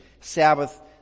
Sabbath